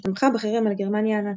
שתמכה בחרם על גרמניה הנאצית.